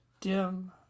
Dim